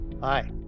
Hi